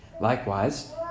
Likewise